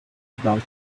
about